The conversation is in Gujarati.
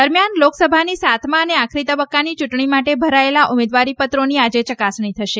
દરમિયાન લોકસભાની સાતમા અને આખરી તબક્કાની ચૂંટણી માટે ભરાયેલા ઉમેદવારીપત્રોની આજે ચકાસણી થશે